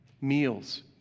Meals